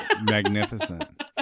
magnificent